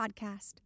podcast